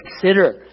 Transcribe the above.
consider